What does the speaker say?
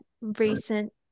recent